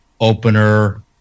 opener